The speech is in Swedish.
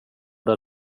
där